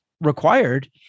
required